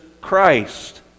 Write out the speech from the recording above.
Christ